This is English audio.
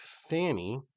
fanny